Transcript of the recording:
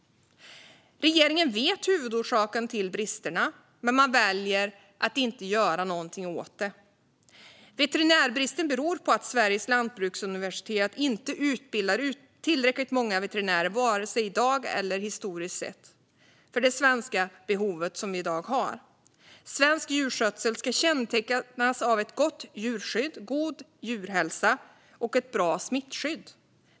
Regeringen vet vilka huvudorsakerna till bristerna är, men man väljer att inte göra någonting åt dem. Veterinärbristen beror på att Sveriges lantbruksuniversitet inte utbildar tillräckligt många veterinärer, vare sig i dag eller historiskt sett, för behovet i Sverige. Svensk djurskötsel ska kännetecknas av ett gott djurskydd, en god djurhälsa och ett bra smittskydd.